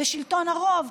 ושלטון הרוב.